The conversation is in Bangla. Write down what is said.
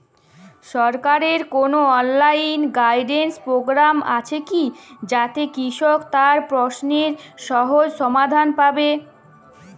সরকারের কোনো অনলাইন গাইডেন্স প্রোগ্রাম আছে কি যাতে কৃষক তার প্রশ্নের সহজ সমাধান পাবে?